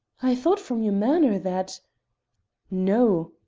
i thought from your manner that no,